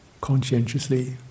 conscientiously